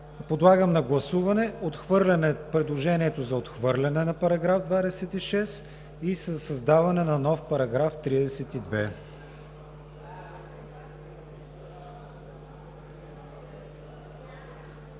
Подлагам на гласуване предложението за отхвърляне на § 26 и за създаване на нов § 32.